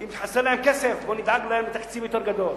אם חסר להם כסף, בואו נדאג להם לתקציב יותר גדול,